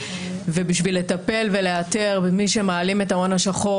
לגבי הצורך לטפל ולאתר את מי שמעלים את ההון השחור